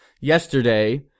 yesterday